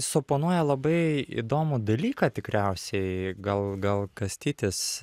suponuoja labai įdomų dalyką tikriausiai gal gal kastytis